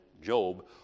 Job